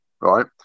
right